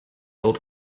old